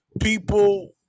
people